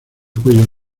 cuello